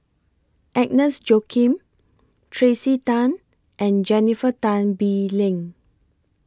Agnes Joaquim Tracey Tan and Jennifer Tan Bee Leng